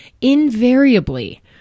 invariably